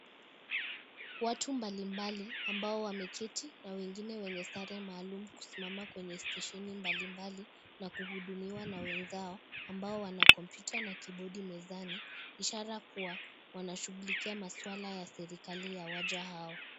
Watu mbalimbali ambao wameketi na wengine wenye sare maalumu kusimama kwenye (CS)steshini (CS)mbalimbali na kuhudumiwa na wenzao ambao wana komputa na kibodi mezani ishara kuwa wanashughulikia maswala ya serikali ya waja hao.